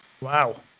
Wow